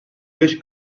beş